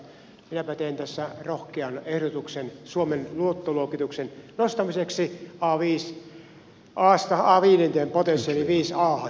minäpä teen tässä rohkean ehdotuksen suomen luottoluokituksen nostamiseksi an viidenteen potenssiin eli viiteen ahan